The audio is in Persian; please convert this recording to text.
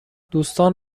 دوستان